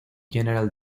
general